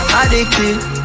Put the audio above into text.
addicted